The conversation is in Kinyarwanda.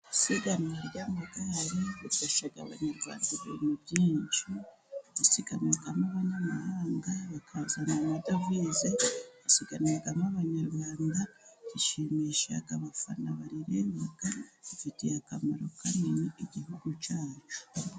Isiganwa ry'amagare rihesha Abanyarwanda ibintu byinshi, dusiganwa n'abanyamahanga bakazana amadavize, isiganwa ry'Abanyarwanda rishimisha abafana barireba rifitiye akamaro kanini Igihugu cyacu.